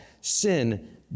sin